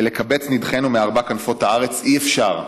'ולקבץ נדחינו מארבע כנפות הארץ' אי-אפשר",